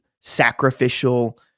sacrificial